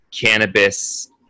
cannabis